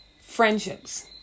Friendships